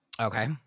Okay